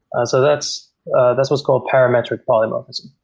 ah so that's that's what's called parametric polymorphism.